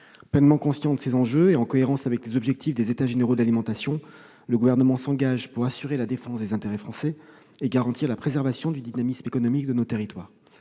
Pleinement conscient de ces enjeux et en cohérence avec les objectifs des États généraux de l'alimentation, le Gouvernement s'engage pour assurer la défense des intérêts français et garantir la préservation du dynamisme économique de nos territoires.